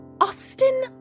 Austin